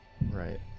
Right